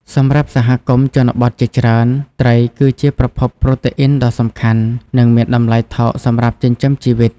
សម្រាប់សហគមន៍ជនបទជាច្រើន ត្រីគឺជាប្រភពប្រូតេអ៊ីនដ៏សំខាន់ និងមានតំលៃថោកសម្រាប់ចិញ្ចឹមជីវិត។